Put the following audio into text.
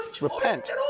repent